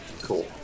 Cool